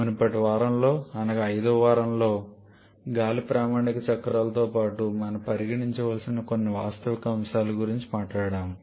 మునుపటి వారంలో అనగా 5 వ వారంలో గాలి ప్రామాణిక చక్రాలతో పాటు మనం పరిగణించవలసిన మరికొన్ని వాస్తవిక అంశాల గురించి మాట్లాడాము